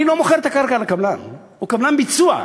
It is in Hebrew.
אני לא מוכר את הקרקע לקבלן, הוא קבלן ביצוע.